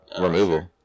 removal